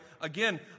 again